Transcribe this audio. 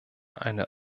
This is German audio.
eine